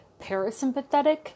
parasympathetic